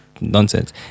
nonsense